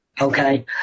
Okay